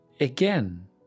again